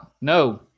No